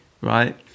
right